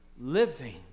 living